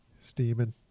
Steaming